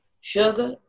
sugar